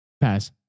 Pass